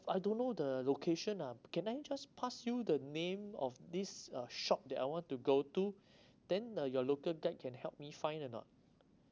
I don't know the location ah can I just pass you the name of this uh shop that I want to go to then uh your local guide can help me find or not